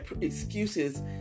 Excuses